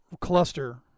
cluster